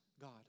God